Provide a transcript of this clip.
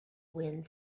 wind